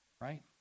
Right